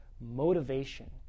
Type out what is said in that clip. motivation